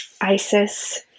Isis